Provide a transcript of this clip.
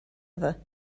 other